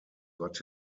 got